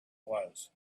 was